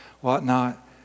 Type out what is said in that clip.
whatnot